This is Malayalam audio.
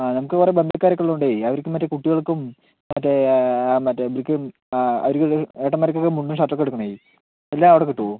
ആ നമുക്ക് വേറെ ബന്ധക്കാരൊക്കെ ഉള്ളതുകൊണ്ട് അവർക്കും മറ്റേ കുട്ടികൾക്കും മറ്റേ മറ്റവർക്കും അവർക്കും ഏട്ടന്മാർക്കൊക്കെ മുണ്ടും ഷർട്ടുമൊക്കെ എടുക്കണം എല്ലാം അവിടെ കിട്ടുമോ